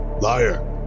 Liar